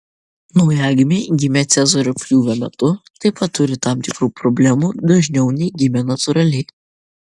naujagimiai gimę cezario pjūvio metu taip pat turi tam tikrų problemų dažniau nei gimę natūraliai